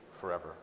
forever